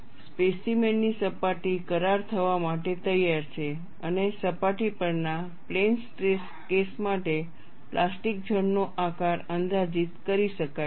specimen ની સપાટી કરાર થવા માટે તૈયાર છે અને સપાટી પરના પ્લેન સ્ટ્રેસ કેસ માટે પ્લાસ્ટિક ઝોન નો આકાર અંદાજિત કરી શકાય છે